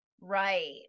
Right